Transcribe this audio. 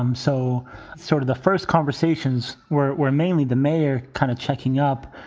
um so sort of the first conversations were were mainly the mayor kind of checking up,